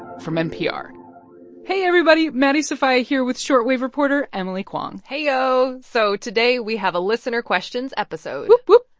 from npr hey everybody, maddie sofia here with short wave reporter emily kwong hey yo. so today we have a listener questions episode whoop,